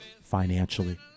financially